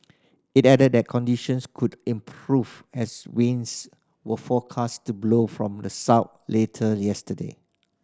it added that conditions could improve as winds were forecast to blow from the south later yesterday